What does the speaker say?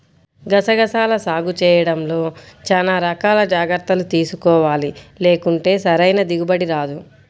గసగసాల సాగు చేయడంలో చానా రకాల జాగర్తలు తీసుకోవాలి, లేకుంటే సరైన దిగుబడి రాదు